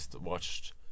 watched